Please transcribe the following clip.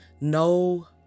no